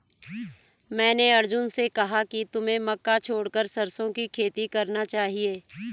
मैंने अर्जुन से कहा कि तुम्हें मक्का छोड़कर सरसों की खेती करना चाहिए